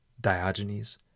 Diogenes